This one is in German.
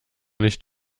nicht